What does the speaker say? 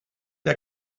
der